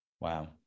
Wow